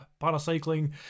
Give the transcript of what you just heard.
Paracycling